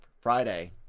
Friday